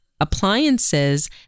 appliances